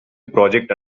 project